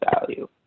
value